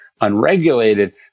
unregulated